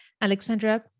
Alexandra